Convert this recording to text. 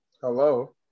hello